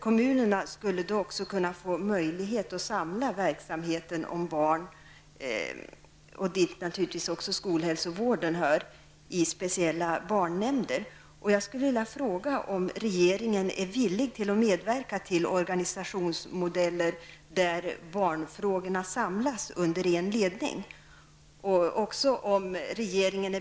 Kommunerna skulle då också kunna få möjlighet att samla verksamhet som berör barn, och dit hör naturligtvis också skolhälsovården, i speciella barnnämnder.